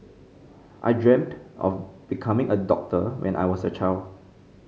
I dreamt of becoming a doctor when I was a child